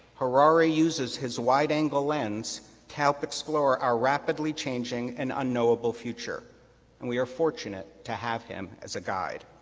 harari uses his wide-angle lens help explore our rapidly changing an unknowable future and we are fortunate to have him as a guide.